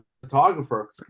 photographer